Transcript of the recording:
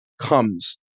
comes